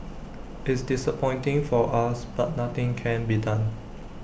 it's disappointing for us but nothing can be done